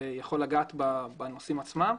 הוא יכול לדעת בנושאים עצמם.